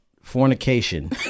fornication